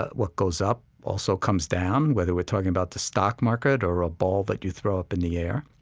ah what goes up also comes down, whether we're talking about the stock market or a ball that you throw up in the air.